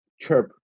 Chirp